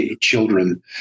children